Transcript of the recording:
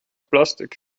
plastik